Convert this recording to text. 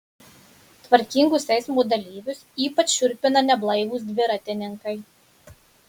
tvarkingus eismo dalyvius ypač šiurpina neblaivūs dviratininkai